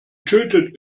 tötet